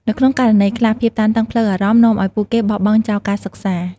នៅក្នុងករណីខ្លះ ភាពតានតឹងផ្លូវអារម្មណ៍នាំឲ្យពួកគេបោះបង់ចោលការសិក្សា។